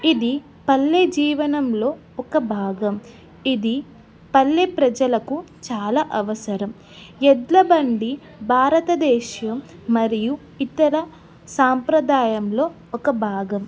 ఇది పల్లె జీవనంలో ఒక భాగం ఇది పల్లె ప్రజలకు చాలా అవసరం ఎడ్ల బండి భారతదేశం మరియు ఇతర సాంప్రదాయంలో ఒక భాగం